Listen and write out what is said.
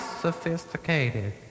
sophisticated